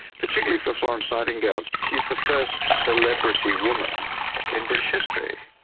particularly for florence nightingale. she is the first celebrity woman in british history.